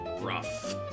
rough